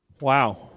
wow